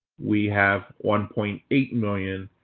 we have one point eight million,